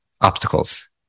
obstacles